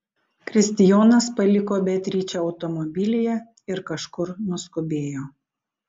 kristijonas paliko beatričę automobilyje ir kažkur nuskubėjo